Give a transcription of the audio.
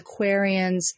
Aquarians